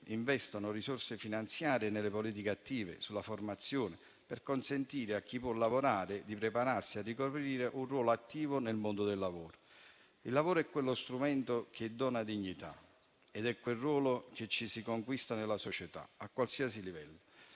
investono risorse finanziarie nelle politiche attive e sulla formazione, per consentire a chi può lavorare di prepararsi a ricoprire un ruolo attivo nel mondo del lavoro. Il lavoro è quello strumento che dona dignità ed è quel ruolo che ci si conquista nella società, a qualsiasi livello,